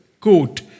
quote